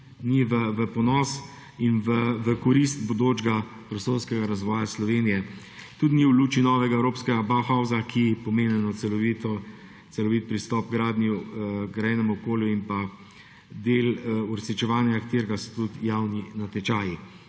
ni v ponos in ni v korist bodočega prostorskega razvoja Slovenije. Tudi ni v luči novega evropskega Bauhausa, ki pomeni celovit pristop h grajenemu okolju, del uresničevanja katerega so tudi javni natečaji.